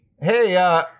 hey –